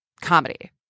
comedy